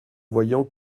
voyant